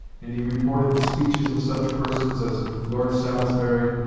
and he reported the speeches of such persons as lord salisbury,